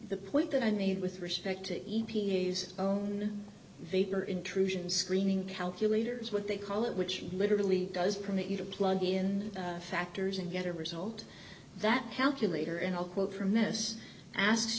the point that i made with respect to e p a s own vapor intrusion screening calculator is what they call it which literally does permit you to plug in factors and get a result that calculator and i'll quote from this asked